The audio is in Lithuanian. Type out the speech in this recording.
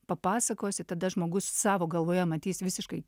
papasakosi tada žmogus savo galvoje matys visiškai